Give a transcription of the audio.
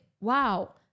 wow